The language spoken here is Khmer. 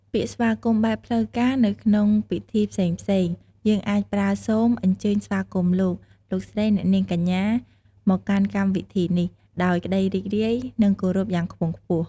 ពាក្យស្វាគមន៍បែបផ្លូវការនៅក្នុងពិធីផ្សេងៗ យើងអាចប្រើ «សូមអញ្ជើញស្វាគមន៍លោក លោកស្រីអ្នកនាងកញ្ញា មកកាន់កម្មវិធីនេះ ដោយក្តីរីករាយ និងគោរពយ៉ាងខ្ពង់ខ្ពស់។»